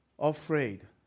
Afraid